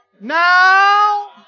now